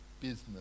business